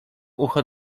ucho